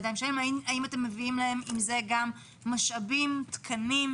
האם אתם נותנים להם לצד זה גם משאבים ותקנים?